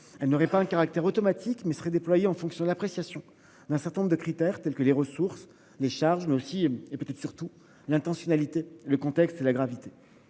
Elle n'aurait pas un caractère automatique mais seraient déployés en fonction de l'appréciation d'un certain nombre de critères tels que les ressources, les charges mais aussi et peut-être surtout l'intentionnalité le contexte et la gravité.